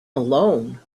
alone